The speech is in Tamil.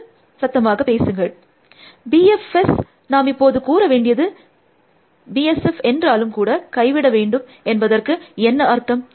4558 B F S நாம் இப்போது கூற வேண்டியது 4604 B S F என்றாலும் கூட கைவிட வேண்டும் என்பதற்கு என்ன அர்த்தம்